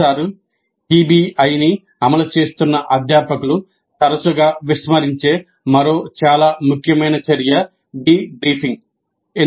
మొదటిసారి పిబిఐని అమలు చేస్తున్న అధ్యాపకులు తరచుగా విస్మరించే మరో చాలా ముఖ్యమైన చర్య "డీబ్రీఫింగ్"